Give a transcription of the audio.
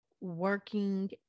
working